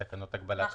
בתקנות הגבלת פעילות.